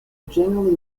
generally